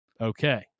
Okay